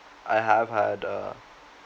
I have had a